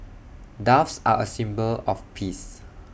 doves are A symbol of peace